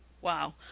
wow